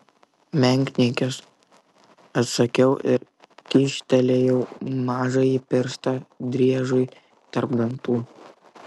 menkniekis atsakiau ir kyštelėjau mažąjį pirštą driežui tarp dantų